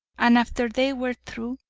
and after they were through,